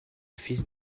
fils